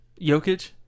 Jokic